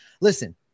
Listen